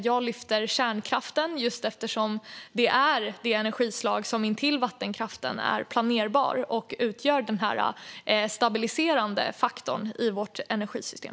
Jag lyfter upp kärnkraften eftersom det är det energislag som liksom vattenkraften är planerbar och utgör den stabiliserande faktorn i vårt energisystem.